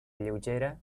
lleugera